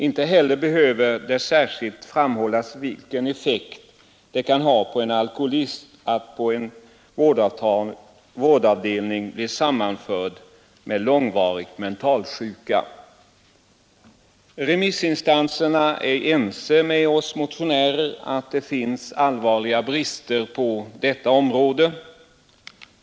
Inte heller behöver det särskilt framhållas vilken effekt det kan ha på en alkoholist att på en vårdavdelning bli sammanförd med långvarigt mentalsjuka. Remissinstanserna är ense med oss motionärer om att det finns allvarliga brister på detta område.